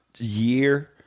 Year